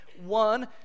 One